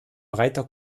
breiter